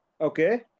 Okay